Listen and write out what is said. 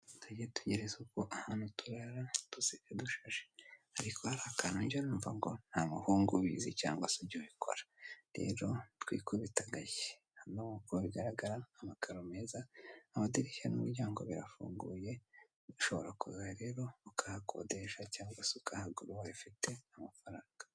Tujye tugira isuku ahantu turara dusiga dushashe ariko hari akantu njya numva ngo nta muhungu ubizi cyangwa se ujya ubikora rero twikubite agashyi. Hano nkuko bigaragara amakaro meza amadirishya n'umuryango birafunguye ushobora kuza rero ukahakodesha cyangwa se ukahagura ubaye ufite amafaranga.